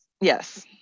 Yes